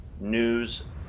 news